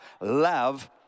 love